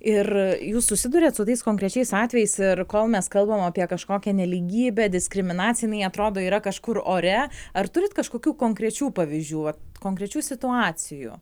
ir jūs susiduriat su tais konkrečiais atvejais ir kol mes kalbame apie kažkokią nelygybę diskriminacina jinai atrodo yra kažkur ore ar turit kažkokių konkrečių pavyzdžių konkrečių situacijų